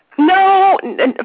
No